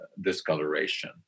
discoloration